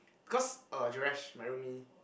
because uh Joresh my roomie